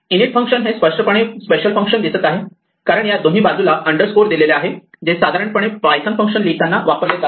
in it हे function स्पष्टपणे special function दिसत आहे कारण याच्या दोन्ही बाजूला अंडर स्कोर दिलेले आहे जे साधारणपणे पायथन फंक्शन लिहितांना वापरले जात नाही